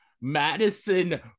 Madison